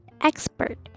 expert